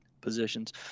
positions